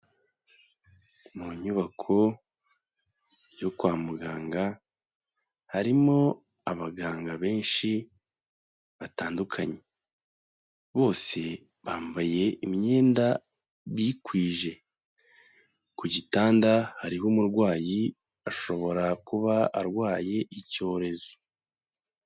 Mu nyubako yo kwa muganga, harimo abaganga benshi batandukanye, bose bambaye imyenda bikwije, ku gitanda hariho umurwayi ashobora kuba arwaye icyorezo.